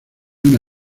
una